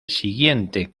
siguiente